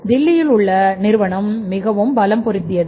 தில்லியில் உள்ள மிகவும் பலம் பொருந்தியது